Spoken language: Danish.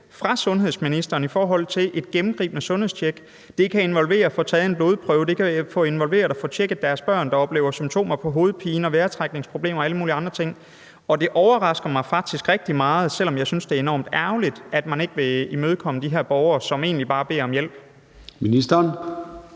fra sundhedsministeren i forhold til et gennemgribende sundhedstjek. Det kan involvere at få taget en blodprøve. Det kan involvere at få tjekket deres børn, der oplever symptomer på hovedpine og vejrtrækningsproblemer og alle mulige andre ting. Det overrasker mig faktisk rigtig meget – selv om jeg synes, at det er enormt ærgerligt – at man ikke vil imødekomme de her borgere, som egentlig bare beder om hjælp. Kl.